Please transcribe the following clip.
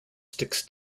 sticks